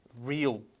real